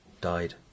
died